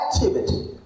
activity